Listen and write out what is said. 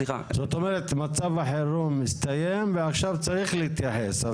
זאת אומרת מצב החירום הסתיים ועכשיו צריך להתייחס.